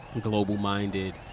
global-minded